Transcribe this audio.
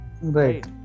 Right